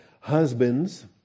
husbands